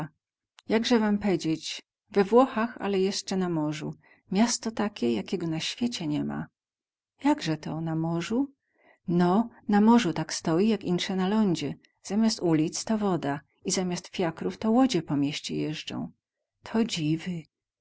jakze wam pedzieć we włochach ale jesce na morzu miasto takie jakiego na świecie nima jakze to na morzu no na morzu tak stoi jak inse na lądzie zamiast ulic to woda i zamiast fiakrów to łodzie po mieście jezdzą to dziwy